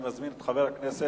אני מזמין את חבר הכנסת